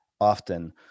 often